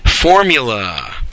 formula